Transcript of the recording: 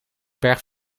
berg